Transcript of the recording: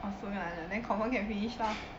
oh 四个男的 then confirm 可以 finish lor